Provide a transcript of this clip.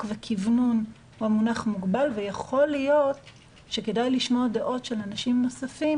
וכוונון הוא המונח "מוגבל" ויכול להיות שכדאי לשמוע דעות של אנשים נוספים